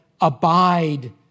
abide